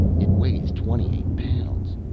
it weighs twenty eight pounds.